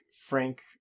Frank